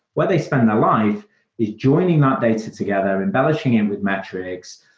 where they spend their life is joining that data together, embellishing it with metrics,